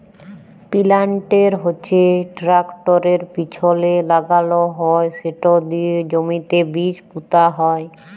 পিলান্টের হচ্যে টেরাকটরের পিছলে লাগাল হয় সেট দিয়ে জমিতে বীজ পুঁতা হয়